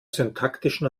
syntaktischen